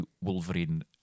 wolverine